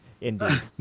Indeed